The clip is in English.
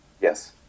Yes